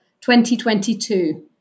2022